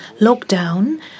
lockdown